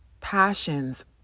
passions